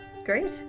Great